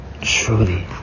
truly